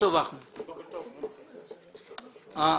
הייתם באים ואומרים שזה הרבה כסף,